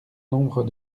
nombre